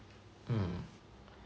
mm